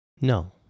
No